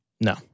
No